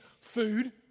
Food